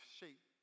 shape